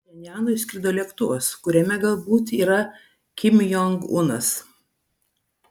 iš pchenjano išskrido lėktuvas kuriame galbūt yra kim jong unas